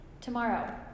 Tomorrow